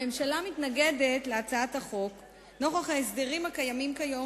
הממשלה מתנגדת להצעת החוק נוכח ההסדרים הקיימים כיום,